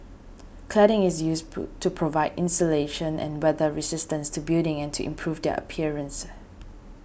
cladding is used pool to provide insulation and weather resistance to buildings and to improve their appearance